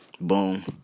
boom